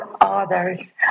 others